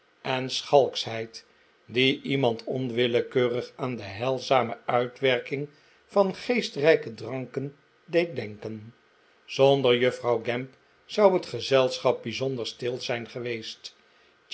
en schalkschheid die iemand onwillekeurig aan de heilzame uitwerking van geestrijke dranken deed denken zonder juffrouw gamp zou het gezelschap bijzonder stil zijn geweest